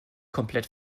komplett